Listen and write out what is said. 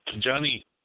Johnny